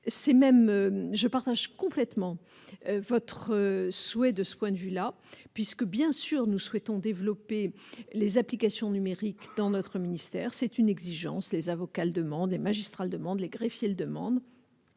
je partage complètement votre souhait de ce point de vue-là puisque, bien sûr, nous souhaitons développer les applications numériques dans notre ministère, c'est une exigence, les avocats le demandent et magistral, demandent les greffiers le demande.